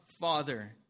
Father